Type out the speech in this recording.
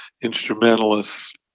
instrumentalists